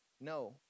no